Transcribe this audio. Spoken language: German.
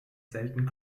selten